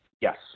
Yes